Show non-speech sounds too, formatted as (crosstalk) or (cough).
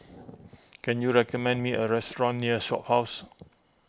(noise) can you recommend me a restaurant near the Shophouse